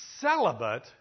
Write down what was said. celibate